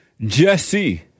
Jesse